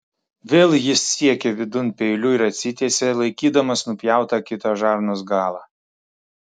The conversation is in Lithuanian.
vėl jis siekė vidun peiliu ir atsitiesė laikydamas nupjautą kitą žarnos galą